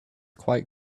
quite